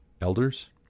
elders